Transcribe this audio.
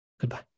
goodbye